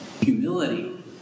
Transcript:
humility